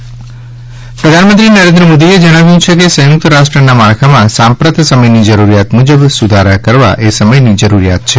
રાષ્ટ્રસંઘ મોદી પ્રધાનમંત્રી નરેન્દ્ર મોદીએ જણાવ્યું છે કે સંયુક્ત રાષ્ટ્રના માળખામાં સાંપ્રત સમયની જરૂરિયાત મુજબ સુધારા કરવા એ સમયની જરૂરિયાત છે